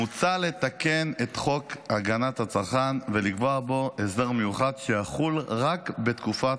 מוצע לתקן את חוק הגנת הצרכן ולקבוע בו הסדר מיוחד שיחול רק בתקופת